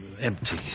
empty